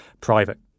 private